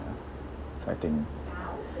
so I think